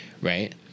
right